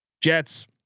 Jets